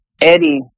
Eddie